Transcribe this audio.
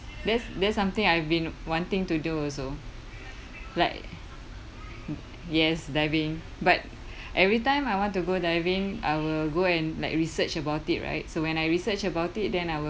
that's that's something I've been wanting to do also like yes diving but every time I want to go diving I will go and like research about it right so when I research about it then I will